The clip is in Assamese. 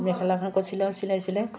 মেখেলাখন ক চিলাও চিলাইছিলে